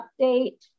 Update